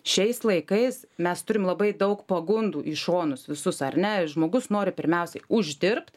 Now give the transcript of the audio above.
šiais laikais mes turim labai daug pagundų į šonus visus ar ne žmogus nori pirmiausiai uždirbt